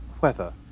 Weather